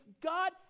God